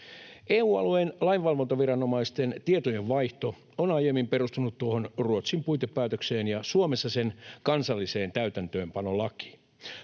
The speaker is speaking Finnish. EU-alueen lainvalvontaviranomaisten tietojenvaihto on aiemmin perustunut tuohon Ruotsin puitepäätökseen ja Suomessa sen kansalliseen täytäntöönpanolakiin.